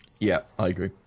yeah, i agree.